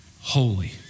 holy